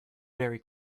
very